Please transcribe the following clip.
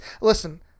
Listen